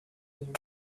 desert